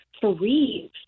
three